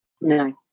No